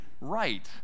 right